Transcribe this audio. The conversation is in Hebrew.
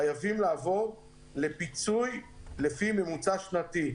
חייבים לעבור לפיצוי לפי ממוצע שנתי,